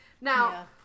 now